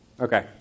Okay